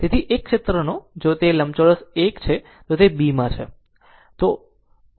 તેથી આ એક ક્ષેત્રનો જો તે લંબચોરસ 1 છે તો તે b માં છે